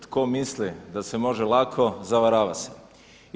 Tko misli da se može lako zavarava se.